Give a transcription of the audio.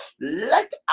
Let